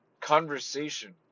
conversation